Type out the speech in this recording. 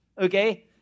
okay